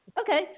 Okay